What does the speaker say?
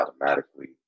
automatically